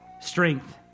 strength